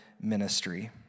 ministry